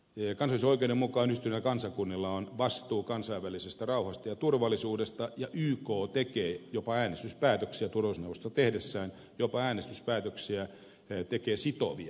kansainvälisen oikeuden mukaan yhdistyneillä kansakunnilla on vastuu kansainvälisestä rauhasta ja turvallisuudesta ja yk tekee jopa äänestyspäätöksiä turvallisuusneuvosto tehdessään äänestyspäätöksiä tekee sitovia päätöksiä